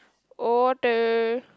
order